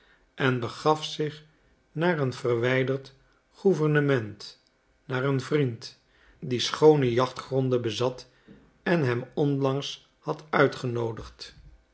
en begaf zich naar een verwijderd gouvernement naar een vriend die schoone jachtgronden bezat en hem onlangs had uitgenoodigd